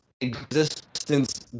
existence